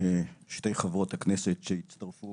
שתי חברות הכנסת שהצטרפו,